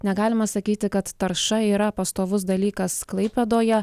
negalima sakyti kad tarša yra pastovus dalykas klaipėdoje